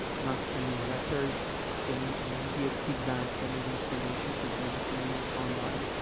not sending letters, getting immediate feedback, getting information presented to you online,